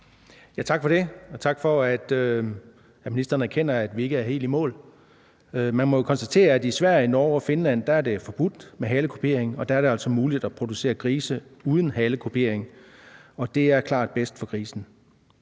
Tak for det. Og tak for, at ministeren erkender, at vi ikke er helt i mål. Man må jo konstatere, at i Sverige, Norge og Finland er halekupering forbudt, og der er det altså muligt at producere grise uden halekupering, og det er klart bedst for grisene.